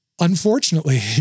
Unfortunately